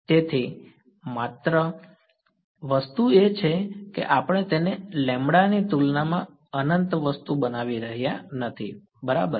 તેથી એકમાત્ર વસ્તુ એ છે કે આપણે તેને લેમ્બડા ની તુલનામાં અનંત વસ્તુ બનાવી રહ્યા નથી બરાબર